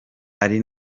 ari